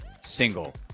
single